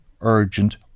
urgent